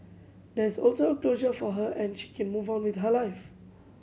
there is also closure for her and she can move on with her life